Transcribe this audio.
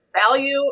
value